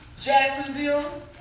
Jacksonville